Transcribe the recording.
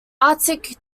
arctic